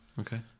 okay